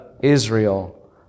Israel